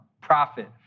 profit